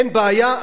אין בעיה,